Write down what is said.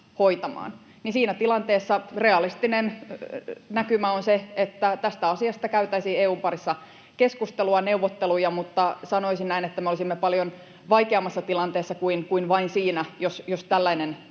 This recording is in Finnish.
siinä tilanteessa realistinen näkymä on se, että tästä asiasta käytäisiin EU:n parissa keskustelua, neuvotteluja. Mutta sanoisin näin, että me olisimme paljon vaikeammassa tilanteessa kuin vain siinä, jos tällainen